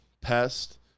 pest